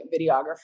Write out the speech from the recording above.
videographer